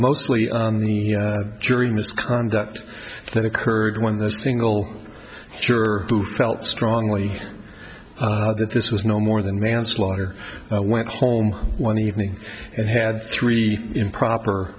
mostly on the jury misconduct that occurred when the single juror who felt strongly that this was no more than manslaughter went home one evening and had three improper